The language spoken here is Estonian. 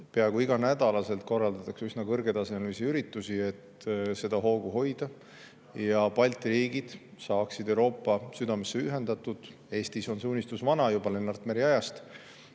Peaaegu iga nädal korraldatakse üsna kõrgetasemelisi üritusi, et seda hoogu hoida ja et Balti riigid saaksid Euroopa südamega ühendatud. Eestis on see unistus vana, juba Lennart Meri ajast,